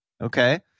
Okay